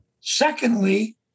Secondly